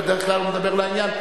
בדרך כלל הוא מדבר לעניין,